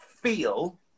feel